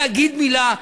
להגיד מילה.